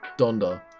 Donda